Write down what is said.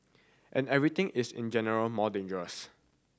and everything is in general more dangerous